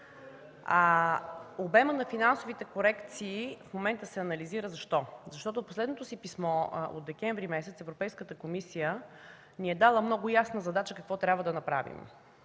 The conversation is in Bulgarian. Обемът на финансовите корекции в момента се анализира. Защо? Защото в последното си писмо от месец декември Европейската комисия ни е дала много ясна задача какво трябва да направим.